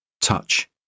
touch